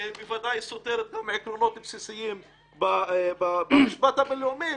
שבוודאי סותרת גם עקרונות בסיסיים במשפט הבין-לאומי,